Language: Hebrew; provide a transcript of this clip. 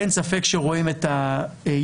אין ספק שרואים את הירידה.